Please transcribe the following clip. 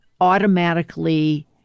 automatically